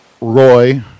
Roy